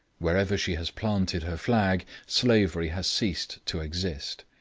wherever she has planted her flag slavery has ceased to exist.